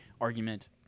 argument